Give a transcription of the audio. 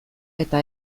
eta